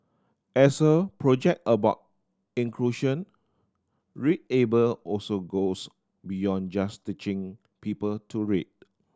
as a project about inclusion readable also goes beyond just teaching people to read